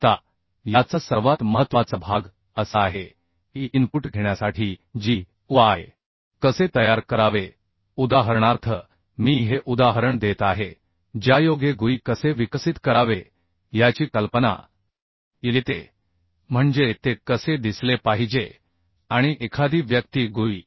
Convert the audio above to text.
आता याचा सर्वात महत्त्वाचा भाग असा आहे की इनपुट घेण्यासाठी GUI कसे तयार करावे उदाहरणार्थ मी हे उदाहरण देत आहे ज्यायोगे GUI कसे विकसित करावे याची कल्पना येते म्हणजे ते कसे दिसले पाहिजे आणि एखादी व्यक्ती GUI